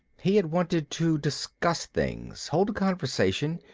he had wanted to discuss things, hold a conversation,